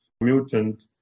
mutant